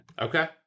Okay